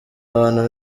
abantu